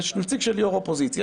יש נציג של יו"ר האופוזיציה,